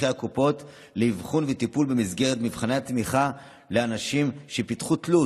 הקופות לאבחון וטיפול במסגרת מבחני תמיכה לאנשים שפיתחו תלות